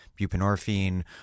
buprenorphine